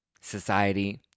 society